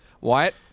Wyatt